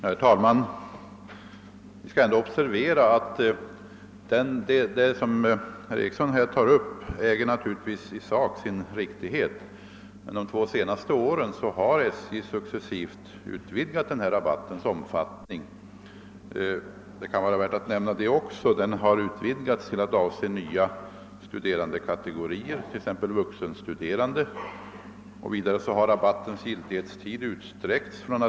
Herr talman! Det som herr Eriksson i Bäckmora säger är naturligtvis i vissa delar riktigt. Men vi skall ändå observera att SJ under de två senaste åren utvidgat denna rabatt till att avse nya kategorier, t.ex. de vuxenstuderande. Vidare har rabattens giltighetstid utsträckts.